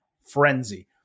frenzy